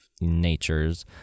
natures